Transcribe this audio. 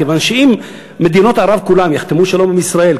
כיוון שאם מדינות ערב כולן יחתמו שלום עם ישראל,